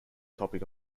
topic